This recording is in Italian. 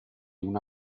una